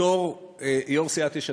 בתור יו"ר סיעת יש עתיד,